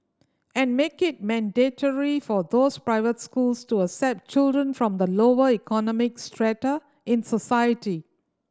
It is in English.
and make it mandatory for those private schools to accept children from the lower economic strata in society